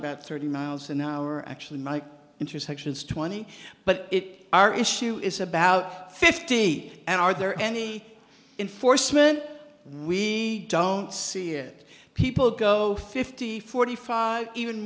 about thirty miles an hour actually my intersections twenty but it our issue is about fifty and are there any in force when we don't see it people go fifty forty five even